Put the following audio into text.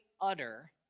utter